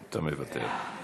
אתה מוותר.